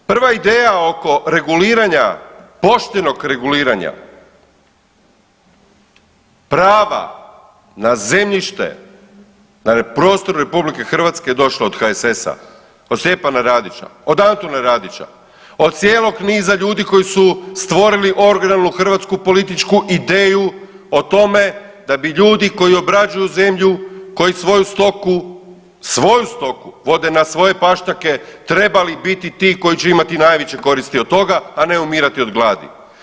Prva ideja oko reguliranja, poštenog reguliranja prava na zemljište na prostoru RH je došlo od HSS-a, od Stjepana Radića, od Antuna Radića, od cijelog niza ljudi koji su stvorili originalnu hrvatsku političku ideju o tome da bi ljudi koji obrađuju zemlju, koji svoju stoku, svoju stoku vode na svoje pašnjake trebali biti ti koji će imati najveće koristi od toga, a ne umirati od gladi.